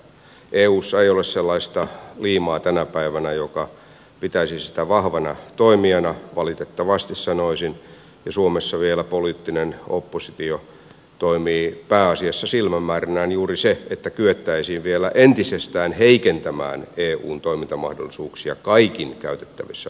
eussa ei ole sellaista liimaa tänä päivänä joka pitäisi sitä vahvana toimijana valitettavasti sanoisin ja suomessa vielä poliittinen oppositio toimii pääasiassa silmämääränään juuri se että kyettäisiin vielä entisestään heikentämään eun toimintamahdollisuuksia kaikin käytettävissä olevin toimin